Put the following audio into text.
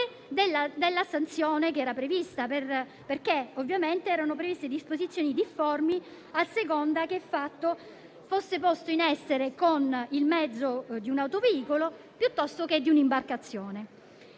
della sanzione prevista, perché ovviamente erano previste disposizioni difformi a seconda che il fatto fosse posto in essere con il mezzo di un autoveicolo piuttosto che di un'imbarcazione,